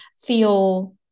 feel